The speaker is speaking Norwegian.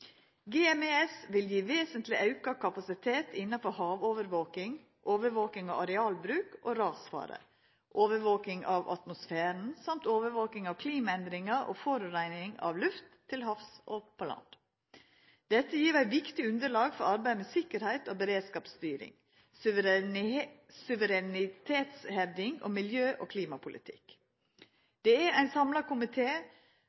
vil gje vesentleg auka kapasitet innanfor havovervaking, overvaking av arealbruk og rasfare, overvaking av atmosfæren, samt overvaking av klimaendringar og forureining av luft, til havs og på land. Dette gjev eit viktig underlag for arbeid med sikkerheit og beredskapsstyring, suverenitetshevding og miljø- og